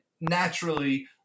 naturally